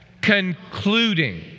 Concluding